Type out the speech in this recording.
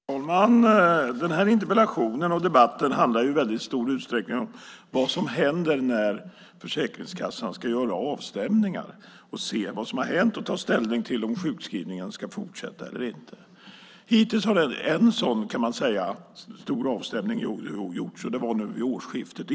Herr talman! Den här interpellationen och debatten handlar i väldigt stor utsträckning om vad som händer när Försäkringskassan ska göra avstämningar, se vad som har hänt och ta ställning till om sjukskrivningen ska fortsätta eller inte. Hittills har en sådan stor avstämning gjorts. Det var nu vid årsskiftet.